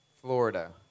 Florida